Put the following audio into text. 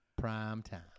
Primetime